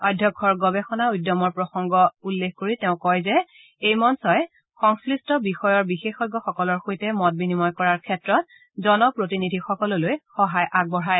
অধ্যক্ষৰ গৱেষণা উদ্যমৰ প্ৰসংগ উল্লেখ কৰি তেওঁ কয় যে এই মঞ্চই সংশ্লিষ্ট বিষয়ৰ বিশেষজ্ঞসকলৰ সৈতে মত বিনিময় কৰাৰ ক্ষেত্ৰত জনপ্ৰতিনিধিসকললৈ সহায় আগবঢ়ায়